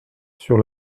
sur